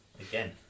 again